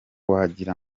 wagira